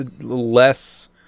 less